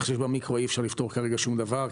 אני חושב שבמיקרו אי אפשר לפתור כרגע שום דבר,